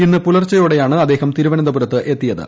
ഇന്ന് പുലർച്ചയോട്ടെയാണ് അദ്ദേഹം തിരുവനന്തപുരത്ത് എത്തിയത്